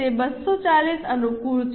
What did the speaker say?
તે 240 અનુકૂળ છે